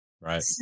Right